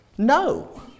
No